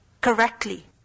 correctly